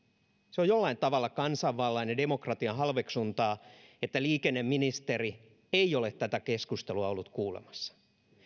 se on jollain tavalla kansanvallan ja demokratian halveksuntaa että liikenneministeri ei ole tätä keskustelua ollut kuulemassa